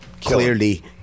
clearly